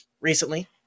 recently